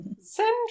Send